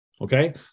Okay